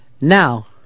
Now